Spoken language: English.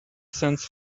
sends